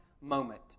moment